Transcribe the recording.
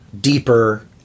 deeper